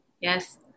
yes